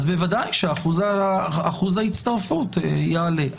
בוודאי שאחוז ההצטרפות יעלה.